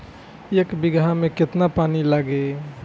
एक बिगहा में केतना पानी लागी?